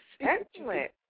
Excellent